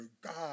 God